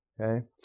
Okay